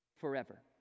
forever